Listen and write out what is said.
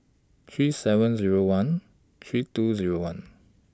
three seven Zero one three two Zero one